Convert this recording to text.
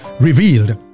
revealed